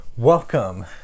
Welcome